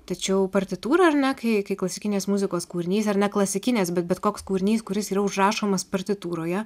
tačiau partitūra ar ne kai klasikinės muzikos kūrinys ar neklasikinės bet bet koks kūrinys kuris yra užrašomas partitūroje